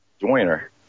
joiner